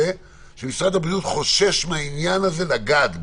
שמשרד הבריאות חושש מהעניין, מלגעת בו.